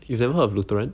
you never heard of lutheran